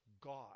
God